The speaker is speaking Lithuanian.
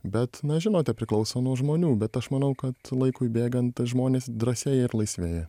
bet na žinote priklauso nuo žmonių bet aš manau kad laikui bėgant žmonės drąsėja ir laisvėja